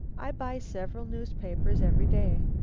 i buy several newspapers every day.